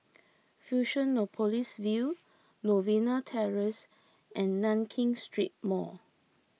Fusionopolis View Novena Terrace and Nankin Street Mall